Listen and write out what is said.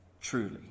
truly